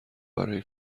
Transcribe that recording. برای